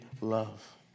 love